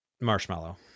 Marshmallow